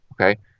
Okay